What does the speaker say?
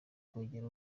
kwegera